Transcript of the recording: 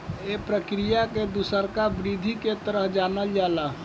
ए प्रक्रिया के दुसरका वृद्धि के तरह जानल जाला